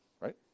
right